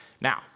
Now